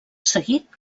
seguit